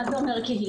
מה זה אומר "קהילה"?